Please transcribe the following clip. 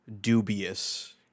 dubious